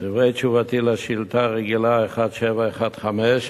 דברי תשובתי על שאילתא רגילה מס' 1715,